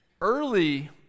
early